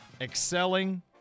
excelling